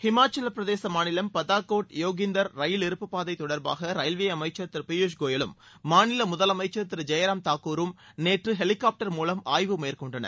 ஹிமாச்சலப்பிரதேச மாநிலம் பதாக்கோட் போஹிந்தர் ரயில் இருப்பு பாதை தொடர்பாக ரயில்வே அமைச்சர் திரு பியூஷ் கோயலும் மாநில முதலமைச்சர் திரு ஜெயராம் தாக்கூரும் நேற்று ஹெலிகாப்டர் மூலம் ஆய்வு மேற்கொண்டனர்